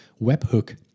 webhook